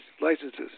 licenses